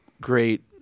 great